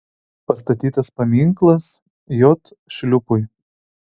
pastatytas paminklas j šliūpui